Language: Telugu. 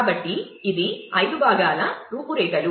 కాబట్టి ఇది 5 భాగాల రూపురేఖలు